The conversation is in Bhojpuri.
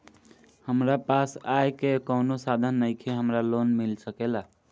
हमरा पास आय के कवनो साधन नईखे हमरा लोन मिल सकेला?